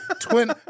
Twin